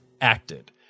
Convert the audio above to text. acted